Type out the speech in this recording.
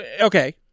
Okay